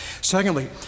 Secondly